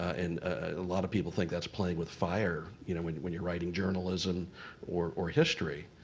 and a lot of people think that's playing with fire you know when when you're writing journalism or or history.